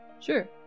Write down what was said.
Sure